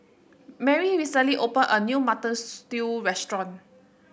Marry recently opened a new Mutton Stew restaurant